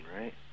right